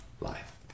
life